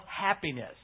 Happiness